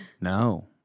No